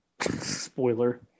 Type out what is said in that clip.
Spoiler